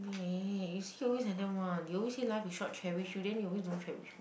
babe you see always like that one you always say life is short cherish you then you always don't cherish me